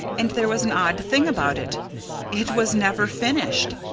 and there was an odd thing about it it was never finished.